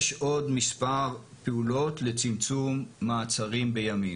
יש עוד מספר פעולות לצמצום מעצרים בימים.